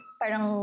parang